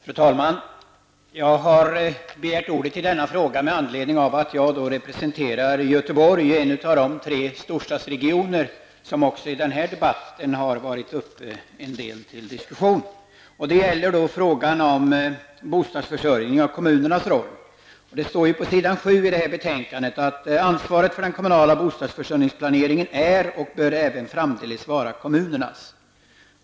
Fru talman! Jag har begärt ordet i den här frågan med anledning av att jag representerar Göteborg, en av de tre storstadsregioner som även i den här debatten varit uppe till diskussion. Det gäller frågan om bostadsförsörjningen och kommunernas roll. Det står på s. 7 i betänkandet att ansvaret för den kommunala bostadsförsörjningsplaneringen är och bör även framdeles vara kommunernas.